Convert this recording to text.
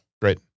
Great